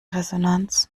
resonanz